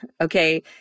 Okay